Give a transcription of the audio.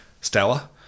stellar